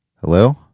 Hello